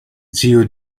zio